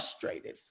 frustrated